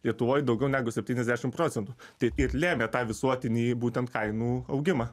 lietuvoj daugiau negu septyniasdešim procentų tai ir lėmė tą visuotinį būtent kainų augimą